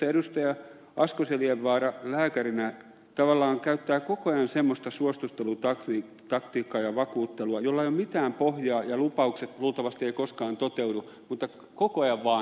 asko seljavaara lääkärinä tavallaan käyttää koko ajan semmoista suostuttelutaktiikkaa ja vakuuttelua jolla ei ole mitään pohjaa ja lupaukset eivät luultavasti koskaan toteudu mutta koko ajan vaan hämäystä